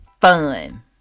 fun